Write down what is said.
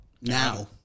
Now